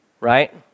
right